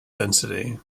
density